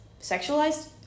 Sexualized